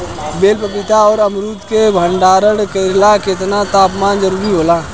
बेल पपीता और अमरुद के भंडारण करेला केतना तापमान जरुरी होला?